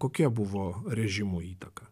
ar kokia buvo režimo įtaka